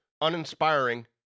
uninspiring